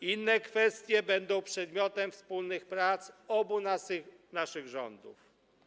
Inne kwestie będą przedmiotem wspólnych prac obu naszych rządów.